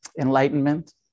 enlightenment